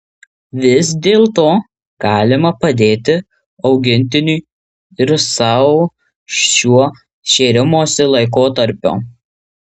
vis dėlto galima padėti augintiniui ir sau šiuo šėrimosi laikotarpiu